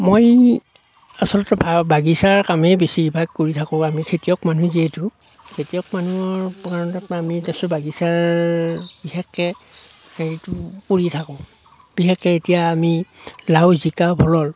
মই আচলতে বাগিচাৰ কামেই বেছি ভাগ কৰি থাকো আমি খেতিয়ক মানুহ যিহেতু খেতিয়ক মানুহৰ বাগিচাৰ বিশেষকে সেইটো কৰি থাকোঁ বিশেষকে এতিয়া আমি লাও জিকা ভোলৰ